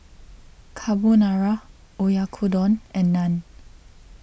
Carbonara Oyakodon and Naan